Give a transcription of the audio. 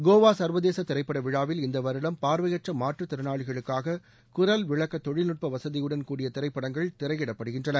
கோவா சர்வதேச திரைப்பட விழாவில் இந்த வருடம் பார்வையற்ற மாற்றுத்திறனாளிகளுக்காக குரல் விளக்க தொழில் நுட்ப வசதியுடன் கூடிய திரைப்படங்கள் திரையிடப்படுகின்றன